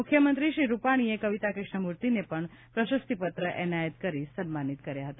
મુખ્યમંત્રી શ્રી રૂપાણીએ કવિતા ક્રષ્ણમૂર્તિને પણ પ્રશસ્તિપત્ર એનાયત કરી સન્માનિત કર્યા હતા